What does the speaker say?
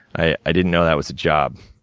i i didn't know that was a job.